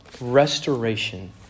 Restoration